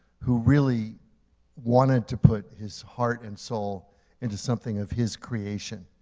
who really wanted to put his heart and soul into something of his creation.